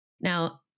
Now